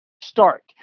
Start